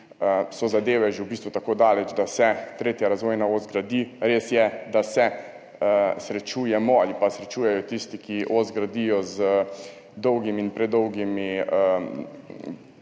osi zadeve že v bistvu tako daleč, da se tretja razvojna os gradi. Res je, da se srečujemo ali pa srečujejo tisti, ki os gradijo, z dolgim ali predolgim